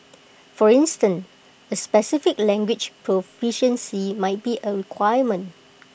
for instance A specific language proficiency might be A requirement